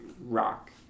rock